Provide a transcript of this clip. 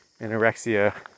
anorexia